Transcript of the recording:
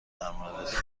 درموردت